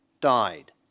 died